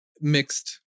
mixed